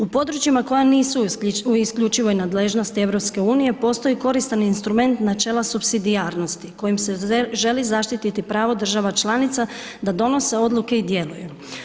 U područjima koja nisu u isključivoj nadležnosti EU postoji koristan instrument načela supsidijarnosti kojim se želi zaštiti pravo država članica da donose odluke i djeluju.